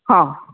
હા